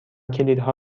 کلیدها